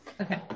Okay